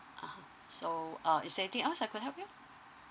uh so um is there anything else I could help you